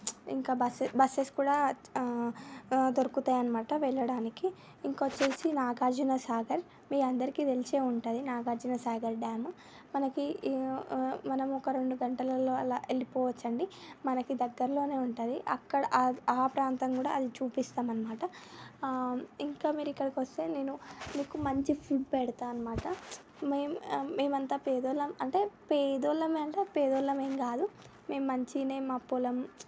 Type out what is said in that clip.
ఇంకా buses buses కూడా దొరుకుతాయన్నమాట వెళ్ళడానికి ఇంకా వచ్చేసి నాగార్జునసాగర్ మీ అందరికీ తెలిసే ఉంటుంది నాగార్జునసాగర్ డ్యాం మనకి మనం ఒక రెండు గంటలలో అలా వెళ్ళిపోవచ్చు అండి మనకి దగ్గరిలోనే ఉంటుంది అక్కడ ఆ ఆ ప్రాంతం కూడా అది చూపిస్తాము అన్నమాట ఇంకా మీరు ఇక్కడికి వస్తే నేను మీకు మంచి ఫుడ్ పెడతా అన్నమాట మేం మేము అంతా పేదవాళ్ళము అంటే పేదవాళ్ళమే అంటే పేదవాళ్ళము ఏం కాదు మేము మంచిగానే మా పొలం